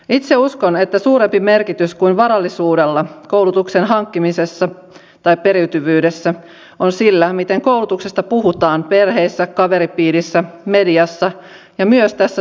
itse uskon että suurempi merkitys kuin varallisuudella koulutuksen hankkimisessa tai periytyvyydessä on sillä miten koulutuksesta puhutaan perheessä kaveripiirissä mediassa ja myös tässä salissa